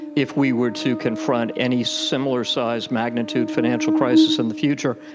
if we were to confront any similar sized magnitude financial crisis in the future,